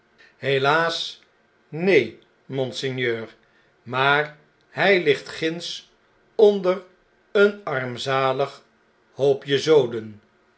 helaas neen monseigneur maar hij ligt ginds onder een armzalig hoopje zoden